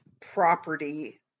property